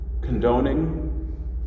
condoning